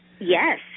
Yes